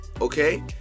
okay